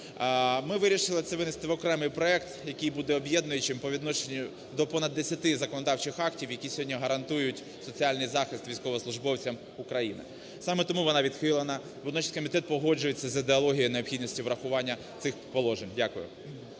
Ми вирішили це винести в окремий проект, який буде об'єднуючим по відношенню до понад десяти законодавчих актів, які сьогодні гарантують соціальний захист військовослужбовцям України. Саме тому вона відхилена. Водночас комітет погоджується з ідеологією і необхідністю врахування цих положень. Дякую.